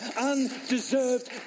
undeserved